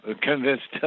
convinced